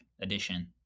edition